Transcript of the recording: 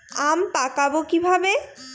আম পাকাবো কিভাবে?